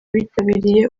bitabiriye